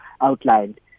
outlined